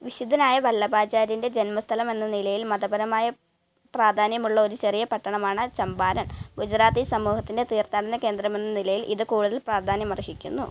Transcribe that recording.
വിശുദ്ധനായ വല്ലഭാചാര്യന്റെ ജന്മസ്ഥലമെന്ന നിലയിൽ മതപരമായ പ്രാധാന്യമുള്ള ഒരു ചെറിയ പട്ടണമാണ് ചമ്പാരൺ ഗുജറാത്തി സമൂഹത്തിന്റെ തീർത്ഥാടന കേന്ദ്രമെന്ന നിലയിൽ ഇത് കൂടുതൽ പ്രാധാന്യമർഹിക്കുന്നു